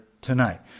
tonight